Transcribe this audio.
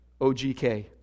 OGK